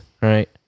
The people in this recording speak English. right